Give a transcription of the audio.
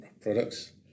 products